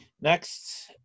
Next